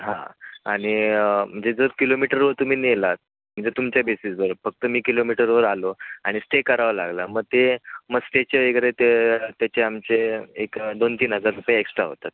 हां आणि म्हणजे जर किलोमीटरवर तुम्ही नेलात म्हणजे तुमच्या बेसिसवर फक्त मी किलोमीटरवर आलो आणि स्टे करावं लागला मग ते मग स्टेचे वगैरे ते त्याचे आमचे एक दोन तीन हजार रुपये एक्स्ट्रा होतात